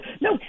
no